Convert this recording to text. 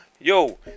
Yo